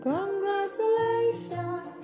Congratulations